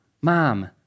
mom